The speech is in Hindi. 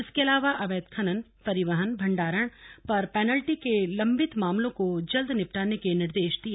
इसके अलावा अवैध खनन परिवहन भण्डारण पर पेनल्टी के लम्बित मामलों को जल्द निपटाने के निर्देश दिए